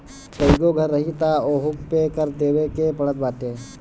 कईगो घर रही तअ ओहू पे कर देवे के पड़त बाटे